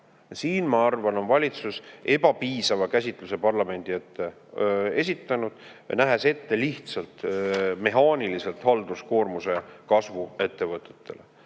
Siin ma arvan, on valitsus esitanud ebapiisava käsitluse parlamendile, nähes ette lihtsalt mehaanilise halduskoormuse kasvu ettevõtetele.